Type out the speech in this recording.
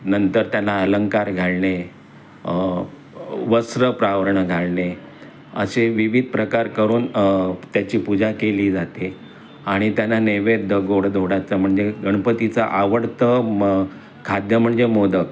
नंतर त्याला अलंकार घालणे वस्त्र प्रावरण घालणे असे विविध प्रकार करून त्याची पूजा केली जाते आणि त्याला नैवेद्य गोडधोडाचं म्हणजे गणपतीचं आवडतं खाद्य म्हणजे मोदक